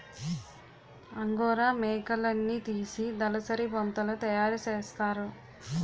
angora మేకలున్నితీసి దలసరి బొంతలు తయారసేస్తారు